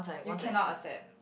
you cannot accept